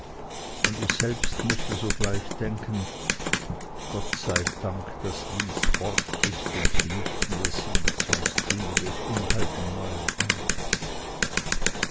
und ich selbst mußte sogleich denken gott sei dank daß lys fort ist und sie nicht mehr sieht sonst ginge das unheil von neuem an